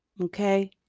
okay